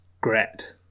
Gret